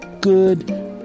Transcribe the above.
good